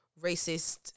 racist